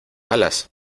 alas